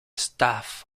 staff